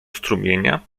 strumienia